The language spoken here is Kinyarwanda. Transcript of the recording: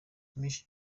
miss